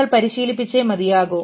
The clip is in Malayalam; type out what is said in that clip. നിങ്ങൾ പരിശീലിപ്പിച്ച മതിയാകൂ